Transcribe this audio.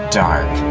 dark